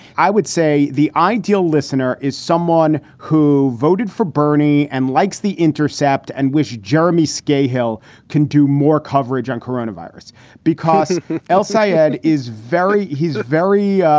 i would say the ideal listener is someone who voted for bernie and likes the intercept and wish jeremy scahill can do more coverage on coronavirus because el sayad is very he's a very,